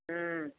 ம்